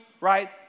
right